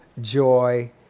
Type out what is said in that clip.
joy